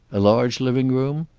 a large living-room?